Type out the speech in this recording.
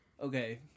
Okay